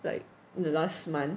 like the last month